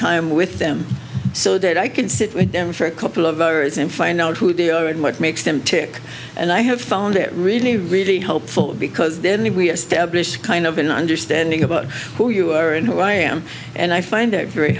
time with them so that i can sit with them for a couple of hours and find out who they are and what makes them tick and i have found it really really helpful because then we establish kind of an understanding about who you are and who i am and i find it very